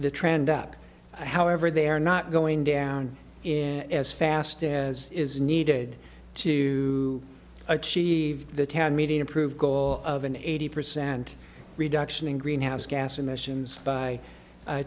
the trend up however they are not going down in as fast as is needed to achieve the town meeting approved goal of an eighty percent reduction in greenhouse gas emissions by